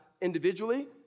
individually